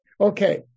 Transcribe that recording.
Okay